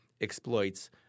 exploits